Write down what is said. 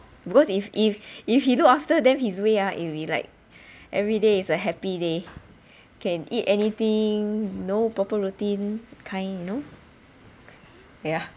because if if if he look after them his way ah it will be like everyday is a happy day can eat anything no proper routine kind you know yeah